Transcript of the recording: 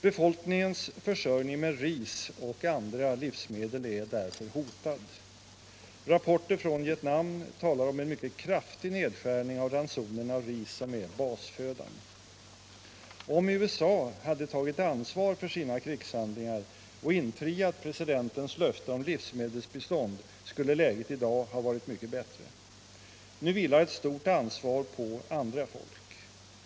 Befolkningens försörjning med ris och andra livsmedel är därför hotad. Rapporter från Vietnam talar om en mycket kraftig nedskärning av ran sonerna av ris, som är basfödan. Om USA hade tagit ansvar för sina krigshandlingar och infriat presidentens löfte om livsmedelsbistånd skulle läget i dag ha varit mycket bättre. Nu vilar ett stort ansvar på andra folk.